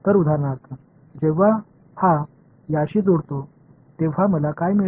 तर उदाहरणार्थ जेव्हा हा याशी जोडतो तेव्हा मला काय मिळेल